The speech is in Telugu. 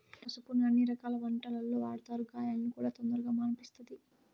పసుపును అన్ని రకాల వంటలల్లో వాడతారు, గాయాలను కూడా తొందరగా మాన్పిస్తది